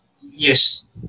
yes